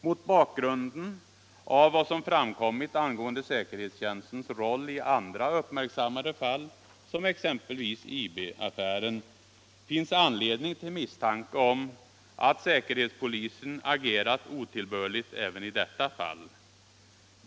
Mot bakgrunden av vad som framkommit angående säkerhetstjänstens roll i andra uppmärksammade fall, exempelvis IB-affären, finns anledning till misstanken att säkerhetspolisen agerat otillbörligt även i detta fall.